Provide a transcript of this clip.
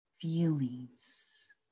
feelings